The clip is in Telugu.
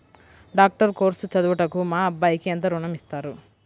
డాక్టర్ కోర్స్ చదువుటకు మా అబ్బాయికి ఎంత ఋణం ఇస్తారు?